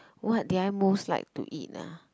what did I most like to eat ah